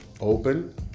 open